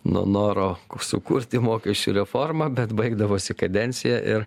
nuo noro sukurti mokesčių reformą bet baigdavosi kadencija ir